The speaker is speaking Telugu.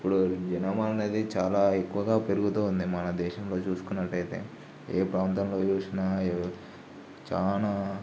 ఇప్పుడు జనమనేది చాలా ఎక్కువగా పెరుగుతుంది మన దేశంలో చూసుకున్నట్టయితే ఏ ప్రాంతంలో చూసినా ఏ చాలా